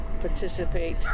participate